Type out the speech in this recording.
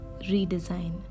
redesign